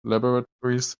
laboratories